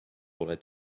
pole